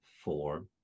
four